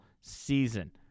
season